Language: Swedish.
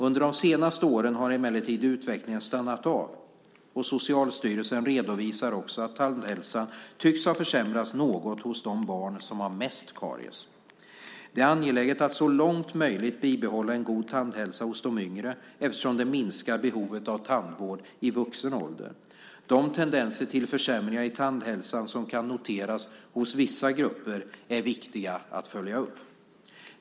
Under de senaste åren har emellertid utvecklingen stannat av, och Socialstyrelsen redovisar också att tandhälsan tycks ha försämrats något hos de barn som har mest karies. Det är angeläget att så långt möjligt bibehålla en god tandhälsa hos de yngre, eftersom det minskar behovet av tandvård i vuxen ålder. De tendenser till försämringar i tandhälsan som kan noteras hos vissa grupper är viktiga att följa upp.